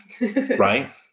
Right